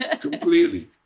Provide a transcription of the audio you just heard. Completely